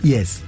Yes